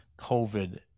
COVID